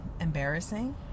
embarrassing